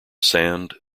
sand